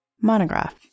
Monograph